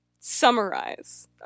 Summarize